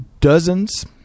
dozens